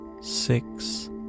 six